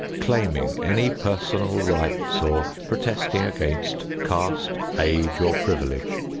claiming any personal rights or protesting against caste, age, or privilege.